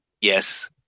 yes